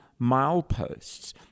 mileposts